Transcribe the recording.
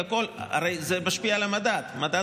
הרי זה משפיע על המדד,